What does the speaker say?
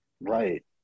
right